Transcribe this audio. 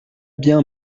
bien